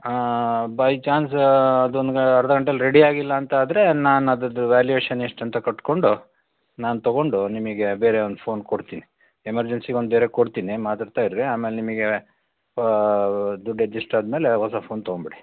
by chance ಅದೊಂದು ಅರ್ಧ ಗಂಟೆಯಲ್ಲಿ ರೆಡಿ ಆಗಿಲ್ಲಾಂತಾದ್ರೆ ನಾನದ್ರದ್ದು ವ್ಯಾಲ್ಯುವೇಶನ್ ಎಷ್ಟು ಅಂತ ಕಟ್ಟಿಕೊಂಡು ನಾನು ತಗೊಂಡು ನಿಮಗೆ ಬೇರೆ ಒಂದು ಫೋನ್ ಕೋಡ್ತೀನಿ ಎಮರ್ಜೆನ್ಸಿಗೆ ಒಂದು ಬೇರೆ ಕೊಡ್ತೀನಿ ಮಾತಾಡ್ತಾ ಇರಿ ಆಮೇಲೆ ನಿಮಗೆ ದುಡ್ಡು ಅಡ್ಜಸ್ಟ್ ಆದಮೇಲೆ ಹೊಸ ಫೋನ್ ತಗೊಂಬಿಡಿ